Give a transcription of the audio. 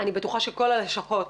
אני בטוחה שכל הלשכות,